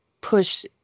push